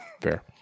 fair